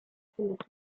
findet